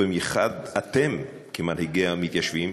ובמיוחד אתם כמנהיגי המתיישבים,